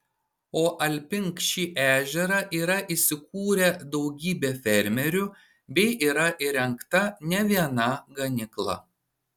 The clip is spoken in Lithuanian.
o alpink šį ežerą yra įsikūrę daugybę fermerių bei yra įrengta ne viena ganykla